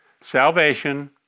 salvation